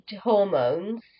hormones